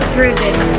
Driven